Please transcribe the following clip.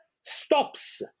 stops